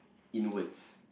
inwards